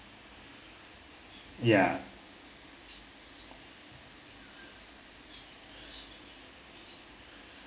ya